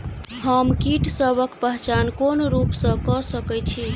हम कीटसबक पहचान कोन रूप सँ क सके छी?